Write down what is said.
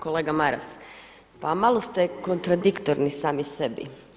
Kolega Maras, pa malo ste kontradiktorni sami sebi.